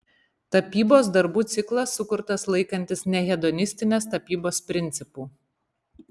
tapybos darbų ciklas sukurtas laikantis nehedonistinės tapybos principų